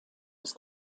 des